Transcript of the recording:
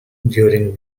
during